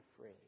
free